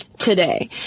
today